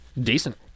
decent